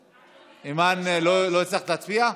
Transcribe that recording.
אימאן, לא הצלחת להצביע?